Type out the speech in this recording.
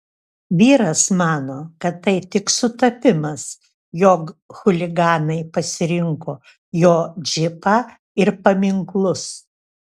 vyras mano kad tai tik sutapimas jog chuliganai pasirinko jo džipą ir paminklus